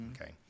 okay